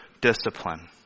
discipline